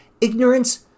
ignorance